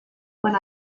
when